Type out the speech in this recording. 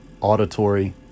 auditory